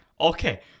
Okay